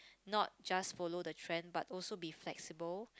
not just follow the trend but also be flexible